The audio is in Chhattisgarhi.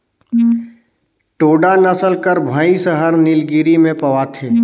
टोडा नसल कर भंइस हर नीलगिरी में पवाथे